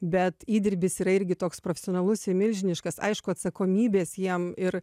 bet įdirbis yra irgi toks profesionalus ir milžiniškas aišku atsakomybės jiem ir